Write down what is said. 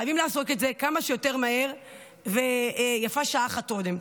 חייבים לעשות את זה מהר כמה שיותר ויפה שעה אחת קודם.